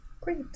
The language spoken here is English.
Great